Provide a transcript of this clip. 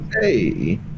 Hey